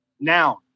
Noun